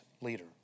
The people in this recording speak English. leader